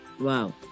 Wow